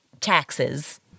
taxes